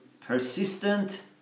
persistent